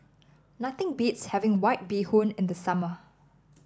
nothing beats having White Bee Hoon in the summer